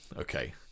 Okay